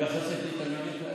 את מייחסת לי תלמידים כאלה?